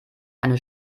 eine